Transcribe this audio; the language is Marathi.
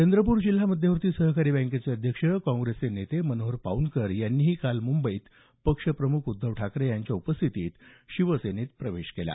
चंद्रपूर जिल्हा मध्यवर्ती सहकारी बँकेचे अध्यक्ष काँग्रेसचे नेते मनोहर पाऊनकर यांनीही काल मुंबईत पक्षप्रमुख उद्धव ठाकरे यांच्या उपस्थितीत शिवसेनेत प्रवेश केला